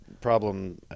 problem